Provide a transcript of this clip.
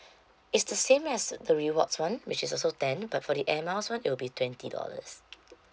it's the same as the rewards [one] which is also ten but for the air miles [one] it will be twenty dollars